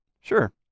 Sure